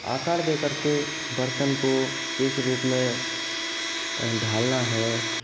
आकार देकर के बर्तन को किसी रूप में ढालना है